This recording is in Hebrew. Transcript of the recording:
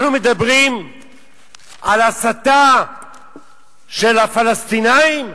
אנחנו מדברים על הסתה של הפלסטינים?